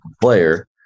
player